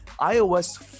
iOS